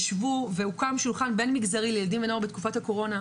ישבו והוקם שולחן בין-מגזרי לילדים ונוער בתקופת הקורונה.